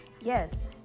yes